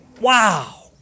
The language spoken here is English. Wow